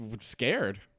scared